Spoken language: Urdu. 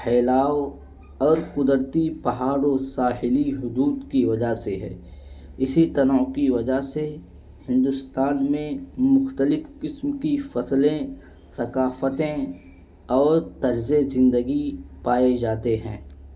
پھیلاؤ اور قدرتی پہاڑوں ساحلی حدود کی وجہ سے ہے اسی طرح کی وجہ سے ہندوستان میں مختلف قسم کی فصلیں ثقافتیں اور طرزے زندگی پائے جاتے ہیں